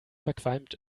verqualmt